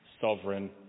sovereign